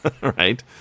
right